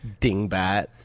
Dingbat